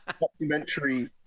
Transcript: documentary